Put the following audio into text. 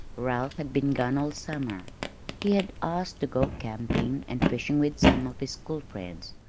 ralph had been gone all summer he had asked to go camping and fishing with some of his school friends.